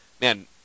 man